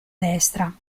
destra